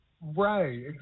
Right